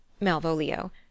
Malvolio